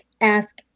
ask